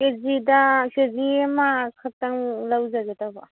ꯀꯦꯖꯤꯗ K G ꯑꯃꯈꯛꯇꯪ ꯂꯧꯖꯒꯦ ꯇꯧꯕ